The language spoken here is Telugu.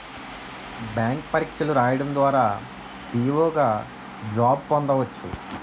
బ్యాంక్ పరీక్షలు రాయడం ద్వారా పిఓ గా జాబ్ పొందవచ్చు